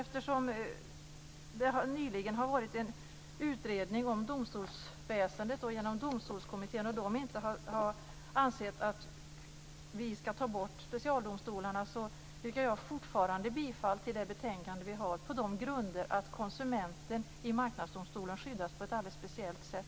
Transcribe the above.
Eftersom det nyligen har skett en utredning av domstolsväsendet genom Domstolskommittén och den inte har ansett att vi skall ta bort specialdomstolarna yrkar jag fortfarande bifall till hemställan i det betänkande vi har, på den grunden att konsumenten i Marknadsdomstolen skyddas på ett alldeles speciellt sätt.